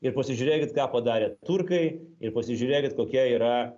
ir pasižiūrėkit ką padarė turkai ir pasižiūrėkit kokia yra